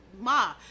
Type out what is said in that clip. ma